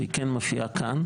שהיא כן מופיעה כאן.